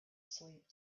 sleep